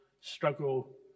struggle